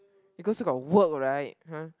because got work right !huh!